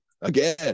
again